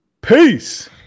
Peace